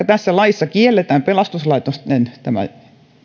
tässä laissa kielletään pelastuslaitoksilta tämän